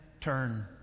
turn